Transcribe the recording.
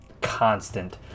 constant